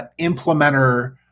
implementer